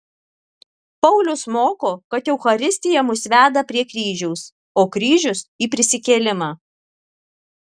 paulius moko kad eucharistija mus veda prie kryžiaus o kryžius į prisikėlimą